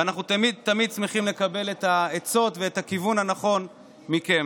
ואנחנו תמיד תמיד שמחים לקבל את העצות ואת הכיוון הנכון מכם.